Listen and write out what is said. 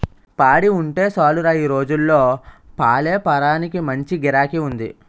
పాడి ఉంటే సాలురా ఈ రోజుల్లో పాలేపారానికి మంచి గిరాకీ ఉంది